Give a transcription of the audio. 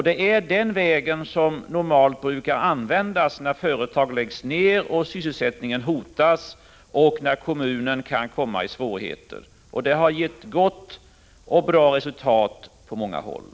Det är den vägen som normalt brukar = Prot. 1985/86:36 användas när företag läggs ner, sysselsättningen hotas och när kommunen = 26 november 1985 kan komma i svårigheter. Det har gett bra resultat på många håll.